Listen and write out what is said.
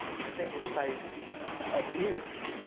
single-spaced abuse.